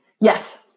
Yes